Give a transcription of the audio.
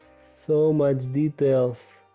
so much details.